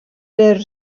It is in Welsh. byr